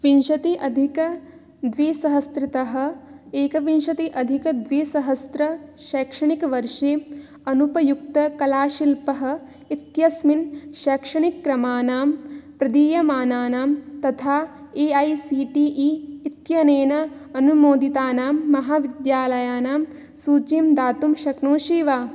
विंशत्यधिकद्विसहस्रतः एकविंशत्यधिकद्विसहस्र शैक्षणिकवर्षे अनुपयुक्तकलाशिल्पः इत्यस्मिन् शैक्षणिकक्रमानां प्रदीयमानानां तथा A I C T E इत्यनेन अनुमोदितानां महाविद्यालयानां सूचिं दातुं शक्नोषि वा